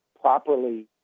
properly